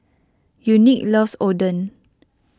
Unique loves Oden